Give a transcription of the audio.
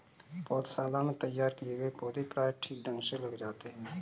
पौधशाला में तैयार किए गए पौधे प्रायः ठीक ढंग से लग जाते हैं